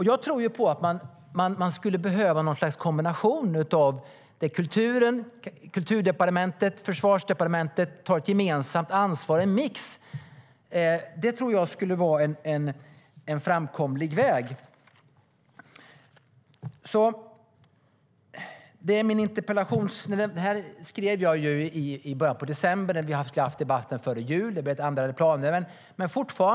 Jag tror att man behöver något slags kombination där Kulturdepartementet och Försvarsdepartementet tar ett gemensamt ansvar. Jag tror att en mix skulle vara en framkomlig väg. Jag skrev min interpellation i början av december. Vi skulle ha haft debatten före jul, men det blev ändrade planer.